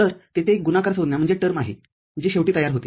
तर तेथे एक गुणाकार संज्ञाआहे जो शेवटी तयार होते